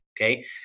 Okay